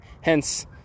Hence